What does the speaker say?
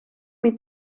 мій